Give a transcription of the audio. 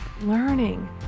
learning